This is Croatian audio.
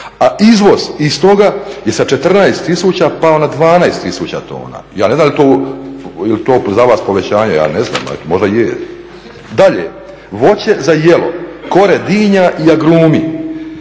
a izvoz istoga je sa 14 tisuća pao na 12 tisuća tona. Ja ne znam je li to za vas povećanje? Ja ne znam, možda je. Dalje, voće za jelo, kore dinja i agrumi